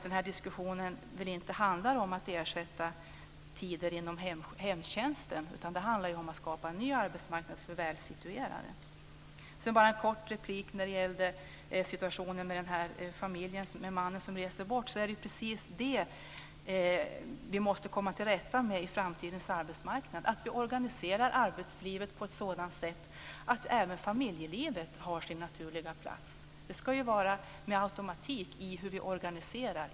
Den här diskussionen handlar väl för övrigt inte om att ersätta tider inom hemtjänsten, utan det handlar om att skapa en ny arbetsmarknad för välsituerade. Sedan bara en kort replik när det gäller situationen med mannen som reser bort. Det är precis det vi måste komma till rätta med på framtidens arbetsmarknad. Vi måste organisera arbetslivet på ett sådant sätt att även familjelivet har sin naturliga plats. Det ska vara med automatik i fråga om hur vi organiserar.